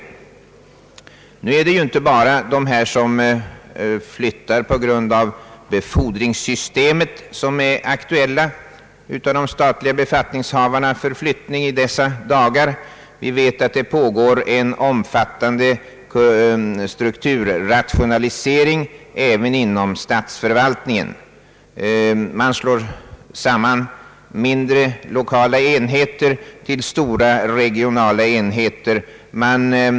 Emellertid är det inte bara flyttningar på grund av befordringssystemet, som är aktuella för de statliga befattningshavarna i dessa dagar. Det pågår en omfattande strukturrationalisering även inom statsförvaltningen. Mindre, lokala enheter slås samman till stora, regionala enheter.